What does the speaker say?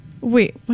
Wait